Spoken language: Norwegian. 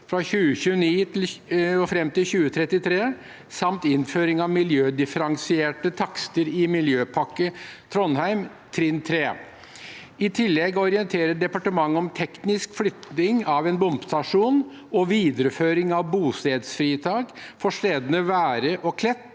fra 2029 til 2033 samt innføring av miljødifferensierte takster i Miljøpakke Trondheim trinn 3. I tillegg orienterer departementet om teknisk flytting av en bomstasjon og videreføring av bostedsfritak for stedene Være og Klett